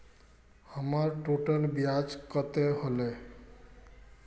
हमर टोटल ब्याज कते होले?